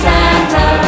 Santa